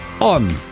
on